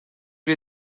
bir